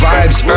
Vibes